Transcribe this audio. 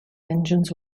engines